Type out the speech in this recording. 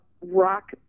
rock